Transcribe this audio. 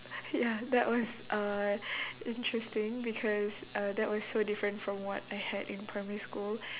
ya that was uh interesting because uh that was so different from what I had in primary school